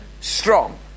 strong